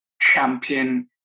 champion